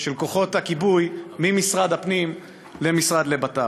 של כוחות הכיבוי ממשרד הפנים למשרד לבט"פ.